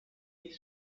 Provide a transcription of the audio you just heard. est